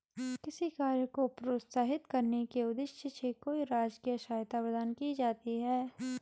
किसी कार्य को प्रोत्साहित करने के उद्देश्य से कोई राजकीय सहायता प्रदान की जाती है